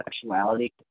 sexuality